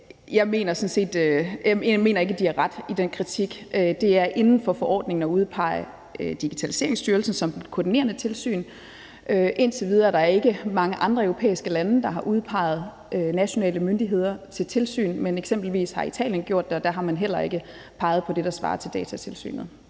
Jeg mener ikke, de har ret i den kritik. Det er inden for forordningen at udpege Digitaliseringsstyrelsen til at foretage koordinerende tilsyn. Indtil videre er der ikke mange andre europæiske lande, der har udpeget nationale myndigheder til at føre tilsyn, men eksempelvis har Italien gjort det, og der har man heller ikke peget på det, der svarer til Datatilsynet.